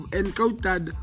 encountered